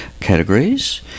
categories